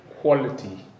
quality